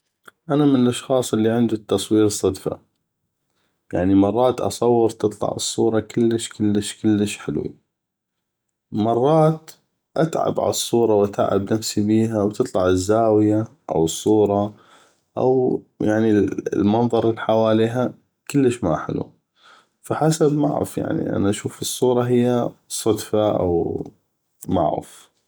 أنا من الاشخاص اللي عندي التصوير صدفه يعني مرات اصور وتطلع الصوره كلش كلش حلوي ومرات اتعب عالصوره واتعب نفسي بيها وتطلع الزاويه أو الصوره أو المنظر الحواليها كلش ما حلو ف حسب معغف يعني انا اشوف الصوره هيه صدفه أو معغف